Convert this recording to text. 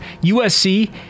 USC